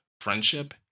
friendship